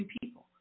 people